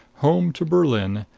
home to berlin,